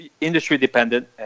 industry-dependent